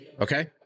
okay